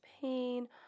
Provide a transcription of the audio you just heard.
pain